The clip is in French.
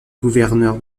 gouverneur